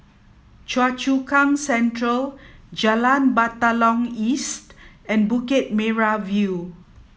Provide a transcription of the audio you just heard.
Choa Chu Kang Central Jalan Batalong East and Bukit Merah View